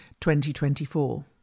2024